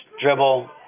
dribble